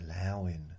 allowing